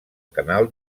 canal